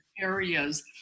areas